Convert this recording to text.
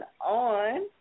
on